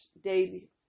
daily